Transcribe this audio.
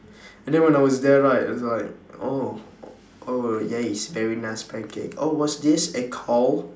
and then when I was there right it was like oh oh yes it's very nice pancake oh what's this a call